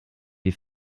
die